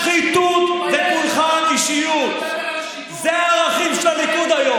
שחיתות ופולחן אישיות, תתבייש לך.